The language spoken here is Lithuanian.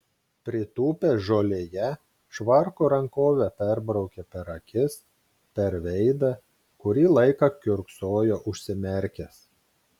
pritūpęs žolėje švarko rankove perbraukė per akis per veidą kurį laiką kiurksojo užsimerkęs